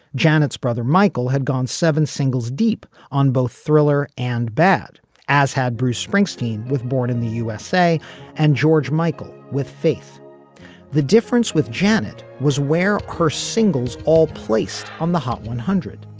janet's brother michael had gone seven singles deep on both thriller and bad as had bruce springsteen with born in the usa and george michael with faith the difference with janet was where her singles all placed on the hot one hundred.